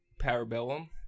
Parabellum